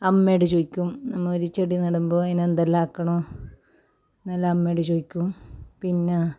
അമ്മയോട് ചോദിക്കും നിങ്ങൾ ഒരു ചെടി നടുമ്പോൾ അതിനെന്തെല്ലാം ആക്കണം എന്നെല്ലാം അമ്മയോട് ചോദിക്കും പിന്നെ